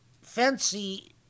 fancy